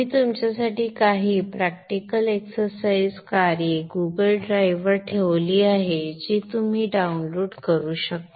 मी तुमच्यासाठी काही practical exercise कार्ये Google ड्राइव्हवर ठेवली आहेत जी तुम्ही डाउनलोड करू शकता